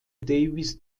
davis